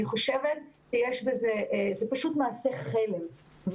זה פשוט מעשה חלם.